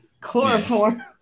chloroform